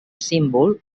símbol